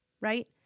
right